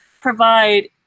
provide